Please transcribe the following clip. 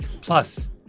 Plus